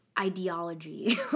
ideology